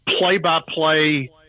play-by-play